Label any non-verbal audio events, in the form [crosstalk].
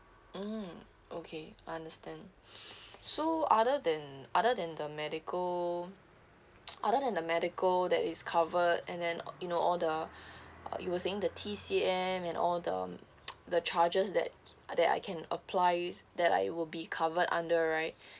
mm okay understand [breath] so other than other than the medical other than the medical that is covered and then you know all the [breath] you were saying the T_C_M and all the the charges that that I can apply that I will be covered under right [breath]